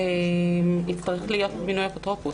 יצטרך להיות מינוי אפוטרופוס.